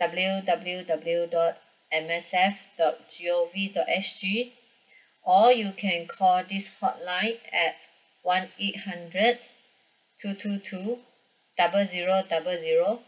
W W W dot M S F dot G O V dot S G or you can call this hotline at one eight hundred two two two double zero double zero